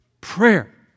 prayer